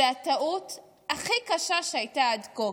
הוא הטעות הכי קשה שהייתה עד כה,